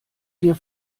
dir